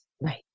Right